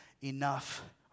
enough